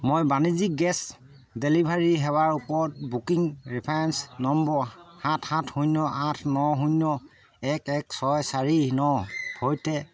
মই বাণিজ্যিক গেছ ডেলিভাৰী সেৱাৰ ওপৰত বুকিং ৰেফাৰেঞ্চ নম্বৰ সাত সাত শূন্য আঠ ন শূন্য এক এক ছয় চাৰি নৰ সৈতে